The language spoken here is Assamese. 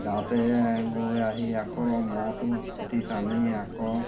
যাওঁতে গৈ আহি আকৌ ম'হটো খুঁটিত আনি আকৌ